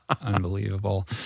Unbelievable